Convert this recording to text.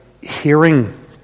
hearing